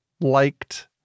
liked